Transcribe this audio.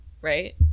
right